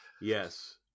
Yes